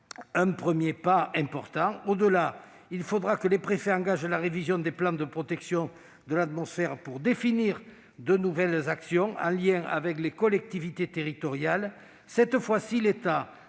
un premier pas important. Au-delà, il faudra que les préfets engagent la révision des plans de protection de l'atmosphère pour définir de nouvelles actions, en lien avec les collectivités territoriales. Cette fois, l'État